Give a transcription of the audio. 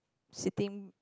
sitting